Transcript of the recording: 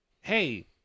hey